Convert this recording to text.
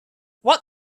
what